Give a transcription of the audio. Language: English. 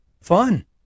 fun